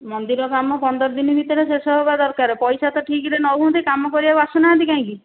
ମନ୍ଦିର କାମ ପନ୍ଦର ଦିନ ଭିତରେ ଶେଷ ହେବା ଦରକାର ପଇସା ତ ଠିକ୍ରେ ନେଉଛନ୍ତି କାମ କରିବାକୁ ଆସୁ ନାହାନ୍ତି କାହିଁକି